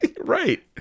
right